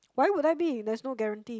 why would I be there is no guarantee